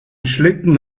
schlitten